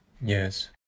Yes